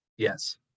Yes